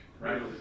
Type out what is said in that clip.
right